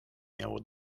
miało